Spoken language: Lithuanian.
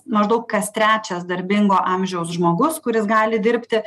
maždaug kas trečias darbingo amžiaus žmogus kuris gali dirbti